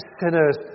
sinners